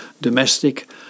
domestic